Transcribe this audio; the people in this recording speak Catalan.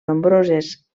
nombroses